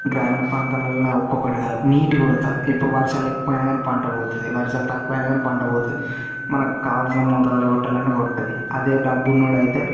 గ్రామీణ ప్రాంతాలల్లో ఒక్కొక్కటి కాదు నీటి కొరత ఇప్పుడు వర్షాలు ఎక్కువైనా కానీ పంట పోతుంది తక్కువైనా కానీ పంట పోతుంది మనకు కావలసిన మోతాదులో కొట్టాలంటే కొట్టదు అదే డబ్బు ఉన్నోడైతే